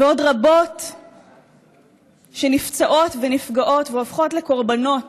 ועוד רבות שנפצעות ונפגעות והופכות לקורבנות